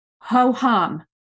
ho-hum